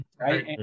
right